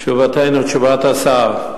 תשובתנו, תשובת השר: